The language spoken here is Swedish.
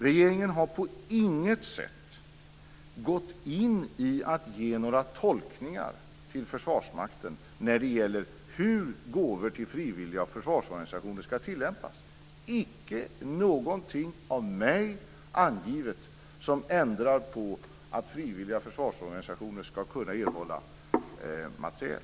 Regeringen har inte på något sätt gett några tolkningar till Försvarsmakten för hur gåvor till frivilliga försvarsorganisationer ska tillämpas. Jag har inte angivit någonting som ändrar på att frivilliga försvarsorganisationer ska kunna erhålla materiel.